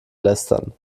lästern